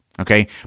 okay